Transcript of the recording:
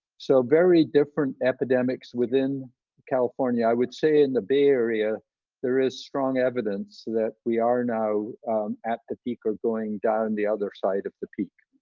so very different epidemics within california. i would say in the bay area there is strong evidence that we are now at the peak or going down the other side of the peak.